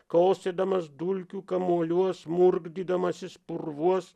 kosėdamas dulkių kamuoliuos murkdydamasis purvuos